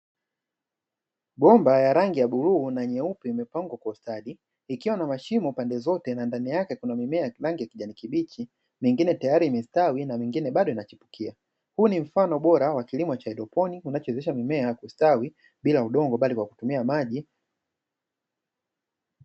Bomba ya rangi ya bluu na nyeupe imepangwa kwa ustadi ikiwa na mashimo pande zote na ndani yake kuna mimea ya rangi ya kjani kibichi, mingine ikiwa imestawi na nyingine ikiwa bado inachipukia. Huu ni mfano bora wa kilimo cha haidroponi kinachowezesha mimea kustawi bila udogo bali kwa kutumia maji.